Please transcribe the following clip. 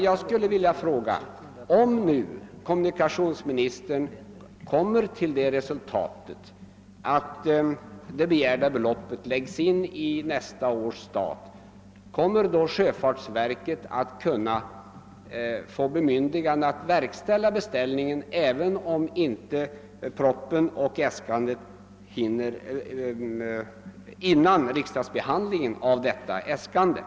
Jag skulle därför vilja fråga: Om kommunikationsministern kommer till det resultatet att det begärda beloppet tas med i nästa års stat, får då sjöfartsverket bemyndigande att verkställa beställningen även innan riksdagen hunnit behandla äskandet?